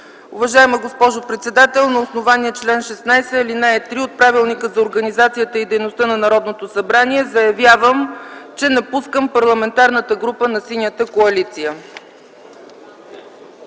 „Уважаема госпожо председател, на основание чл. 16, ал. 3 от Правилника за организацията и дейността на Народното събрание заявявам, че напускам Парламентарната група на Синята коалиция.”